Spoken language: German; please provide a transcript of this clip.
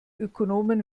ökonomen